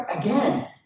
Again